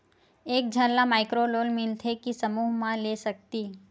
एक झन ला माइक्रो लोन मिलथे कि समूह मा ले सकती?